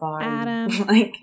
Adam